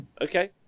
Okay